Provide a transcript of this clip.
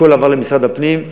הכול עבר למשרד הפנים.